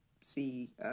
see